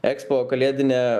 expo kalėdinę